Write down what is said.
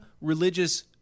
religious